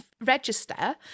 register